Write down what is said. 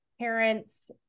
parents